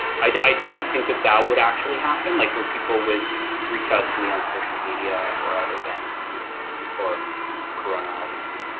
i didn't think that that would actually happen, like where people would reach out to me on social media or at events you know but before coronavirus obviously.